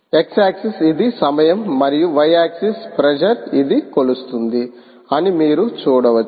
X axis ఇది సమయం మరియు y ఆక్సిస్ ప్రెషర్ ఇది కొలుస్తుంది అని మీరు చూడవచ్చు